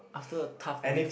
after a tough week